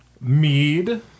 mead